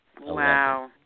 Wow